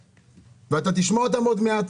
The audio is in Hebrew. כשאתה תשמע אותם עוד מעט,